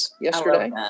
yesterday